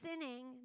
sinning